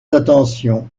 attention